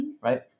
Right